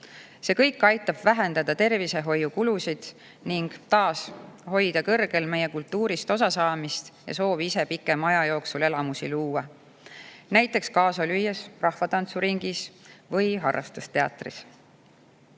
See kõik aitab vähendada tervishoiukulusid ning hoida kõrgel meie kultuurist osasaamist ja soovi ise pikema aja jooksul elamusi luua, näiteks kaasa lüües rahvatantsuringis või harrastusteatris. Liikumisaasta